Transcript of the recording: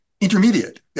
intermediate